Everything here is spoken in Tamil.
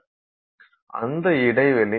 அந்த இடைவெளி 0